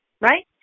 right